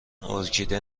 ارکیده